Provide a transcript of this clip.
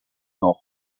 nord